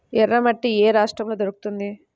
ఎర్రమట్టి ఏ రాష్ట్రంలో దొరుకుతుంది?